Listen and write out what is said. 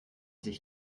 sich